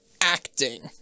acting